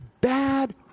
bad